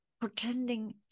pretending